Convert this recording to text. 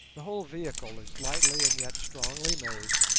the whole vehicle is lightly and yet strongly made,